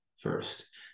first